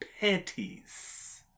panties